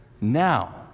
now